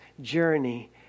journey